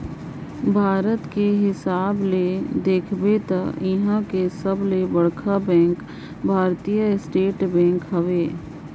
भारत कर हिसाब ले देखबे ता इहां कर सबले बड़खा बेंक भारतीय स्टेट बेंक हवे